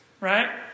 right